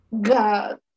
God